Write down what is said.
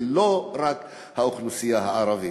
ולא רק האוכלוסייה הערבית.